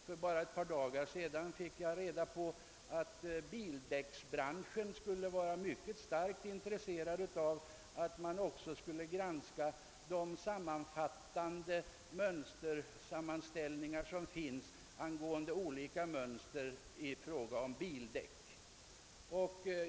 För bara några dagar sedan fick jag reda på att bildäcksbranschen skulle vara mycket starkt intresserad av en granskning även av de mönstersammanställningar som finns i fråga om bildäck.